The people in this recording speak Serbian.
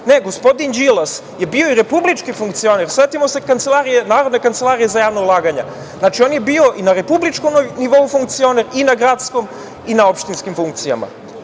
Ne, gospodin Đilas je bio i republički funkcioner. Setimo se Narodne kancelarije za javna ulaganja. Znači, on je bio i na republičkom nivou funkcioner i na gradskom i na opštinskim funkcijama. Naravno,